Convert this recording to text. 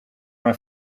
maar